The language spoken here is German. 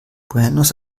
buenos